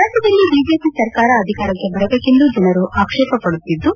ರಾಜ್ಯದಲ್ಲಿ ಬಿಜೆಪಿ ಸರ್ಕಾರ ಅಧಿಕಾರಕ್ಕೆ ಬರಬೇಕೆಂದು ಜನರು ಆಪೇಕ್ಷೆಪಡುತ್ತಿದ್ದು